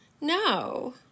No